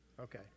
Okay